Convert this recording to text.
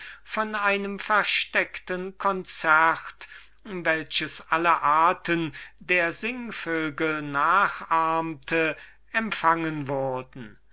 von einem versteckten konzert welches alle arten von singvögel nachahmte empfangen wurden